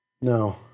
No